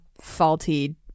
faulty